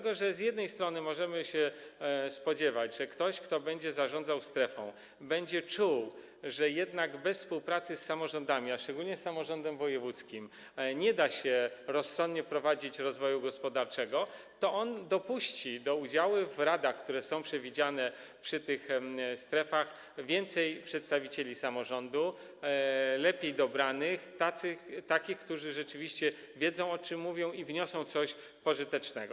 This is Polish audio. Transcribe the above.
Chodzi o to, że możemy się spodziewać, że ktoś, kto będzie zarządzał strefą, będzie czuł, że jednak bez współpracy z samorządami - szczególnie z samorządem wojewódzkim - nie da się rozsądnie prowadzić rozwoju gospodarczego, i dopuści do udziału w radach, które są przewidziane w tych strefach, więcej przedstawicieli samorządu, lepiej dobranych, którzy rzeczywiście wiedzą, o czym mówią, i wniosą coś pożytecznego.